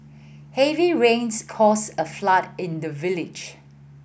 heavy rains caused a flood in the village